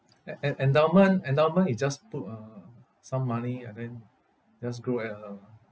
e~ en~ endowment endowment you just put uh some money and then just grow at uh